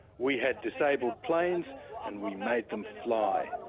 we had disabled planes and we made them fly.